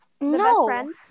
no